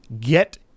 get